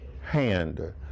Hand